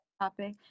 Topic